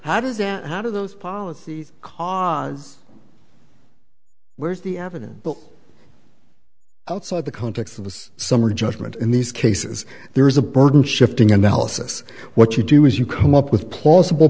that how do those policies cause where's the evidence but outside the context of the summary judgment in these cases there is a burden shifting analysis what you do is you come up with plausible